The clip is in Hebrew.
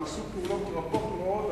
הם עשו פעולות רבות מאוד,